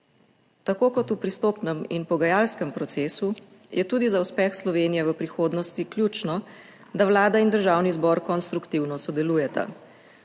Tako kot v pristopnem in pogajalskem procesu je tudi za uspeh Slovenije v prihodnosti ključno, da Vlada in Državni zbor konstruktivno sodelujeta,